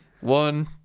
one